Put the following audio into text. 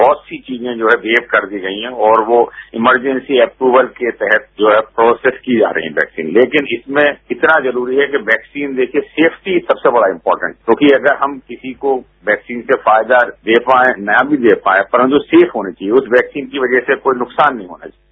बहुत सी चीजें जो हैं वेव कर दी गई हैं और वो इमरजेंसी एप्रूवल के तहत जो है प्रोसेस की जा रही है वैक्सीन लेकिन इसमें इतना जरूरी है कि वैक्सीन दे के सेफ्टि सबसे बड़ा इंपोर्टेट क्योंकि अगर हम किसी को वैक्सीन से फायदा दे पाएं न भी दे पाएं परंतु सेफ होनी चाहिए उस वैक्सीन की वजह से कोई नुकसान नहीं होना चाहिए